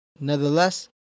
Nevertheless